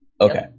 Okay